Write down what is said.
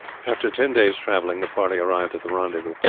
after ten days' travelling the party arrived at the rendezvous.